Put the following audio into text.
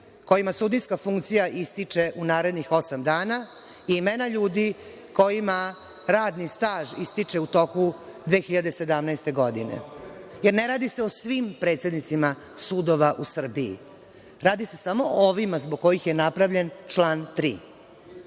kojima sudijska funkcija ističe u narednih osam dana i imena ljudi kojima radni staž ističe u toku 2017. godine. Jer, ne radi se o svim predsednicima sudova u Srbiji. Radi se samo o ovima zbog kojih je napravljen član 3.Da